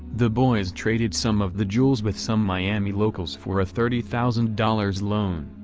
the boys traded some of the jewels with some miami locals for a thirty thousand dollars loan.